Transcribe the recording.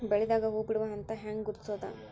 ಬೆಳಿದಾಗ ಹೂ ಬಿಡುವ ಹಂತ ಹ್ಯಾಂಗ್ ಗುರುತಿಸೋದು?